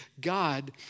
God